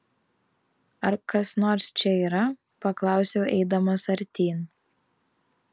ar kas nors čia yra paklausiau eidamas artyn